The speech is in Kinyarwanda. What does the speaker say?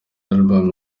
album